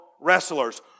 wrestlers